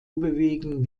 bewegen